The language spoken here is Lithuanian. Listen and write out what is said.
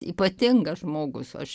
ypatingas žmogus aš